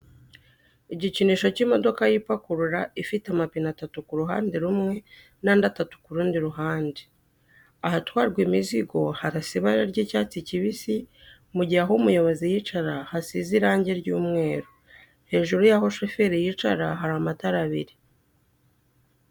Igikinisho cy'imodoka yipakururura, ifite amapine atatu ku ruhande rumwe n'andi atatu ku rundi ruhande. Ahatwarwa imizigo harasa ibara ry'icyatsi kibisi mu gihe aho umuyobozi yicara hasize irange ry'umweru. Hejuru y'aho shoferi yicara hari amatara abiri.